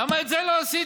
למה את זה לא עשית?